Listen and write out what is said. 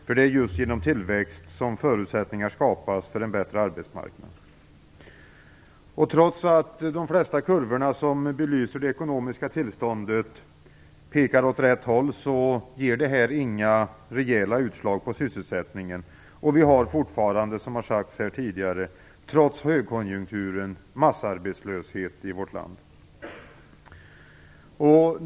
För det är just genom tillväxt som förutsättningar skapas för en bättre arbetsmarknad. Trots att de flesta kurvor som belyser det ekonomiska tillståndet pekar åt rätt håll, ger det inga rejäla utslag på sysselsättningen. Vi har fortfarande, trots högkonjunkturen, massarbetslöshet i vårt land.